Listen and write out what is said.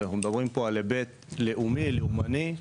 אנחנו מדברים פה על היבט לאומי, לאומני.